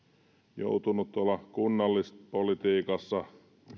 joutunut tuolla kunnallispolitiikassa